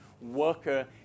worker